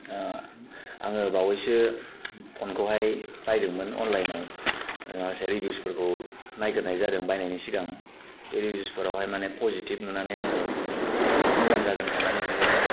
आङो बावैसो फनखौहाय बायदोंमोन अनलाइनाव माखासे रिभिउसफोरखौ नायग्रोनाय जादों बायनायनि सिगां बे रिभिउस फोरावहाय पजिटिभ नुनानै आङो मोजां जागोन साननानै बिहरदों